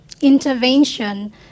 intervention